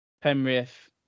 Penrith